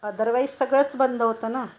otherwise सगळंच बंद होतं ना